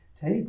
take